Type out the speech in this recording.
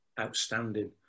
outstanding